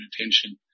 attention